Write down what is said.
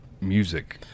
music